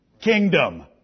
Kingdom